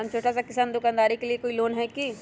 हम छोटा सा दुकानदारी के लिए कोई लोन है कि?